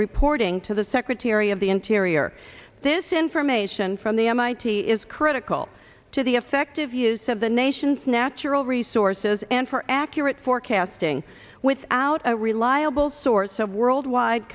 reporting to the secretary of the interior this information from the mit is critical to the effective use of the nation's natural resources and for accurate forecasting without a reliable source of world wide